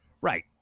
Right